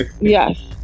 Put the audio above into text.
Yes